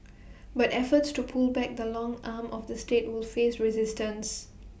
but efforts to pull back the long arm of the state will face resistance